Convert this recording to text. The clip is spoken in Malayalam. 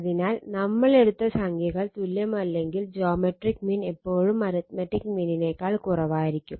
അതിനാൽ നമ്മൾ എടുത്ത സംഖ്യകൾ തുല്യമല്ലെങ്കിൽ ജോമെട്രിക് മീൻ എപ്പോഴും അരിത്മെറ്റിക് മീനിനേക്കാൾ കുറവായിരിക്കും